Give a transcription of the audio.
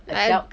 I